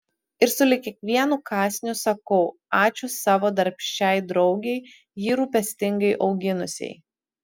ir sulig kiekvienu kąsniu sakau ačiū savo darbščiai draugei jį rūpestingai auginusiai